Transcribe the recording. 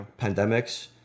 pandemics